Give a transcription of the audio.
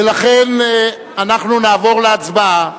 ולכן אנחנו נעבור להצבעה.